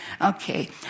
Okay